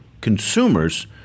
consumers